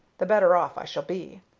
the better off i shall be.